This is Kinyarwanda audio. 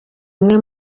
umwe